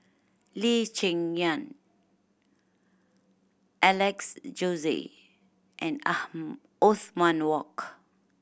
Lee Cheng Yan Alex Josey and Othman Wok